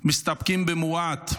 מסתפקים במועט.